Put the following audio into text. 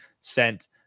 sent